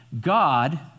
God